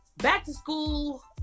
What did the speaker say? back-to-school